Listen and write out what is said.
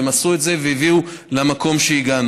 והם עשו את זה והביאו למקום שהגענו.